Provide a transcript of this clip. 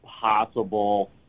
possible